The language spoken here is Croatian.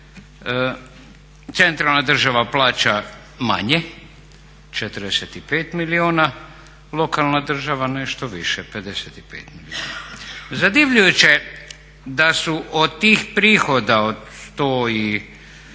Centralna država plaća manje 45 milijuna, lokalna država nešto više 55 milijuna. Zadivljujuće je da su od tih prihoda od 130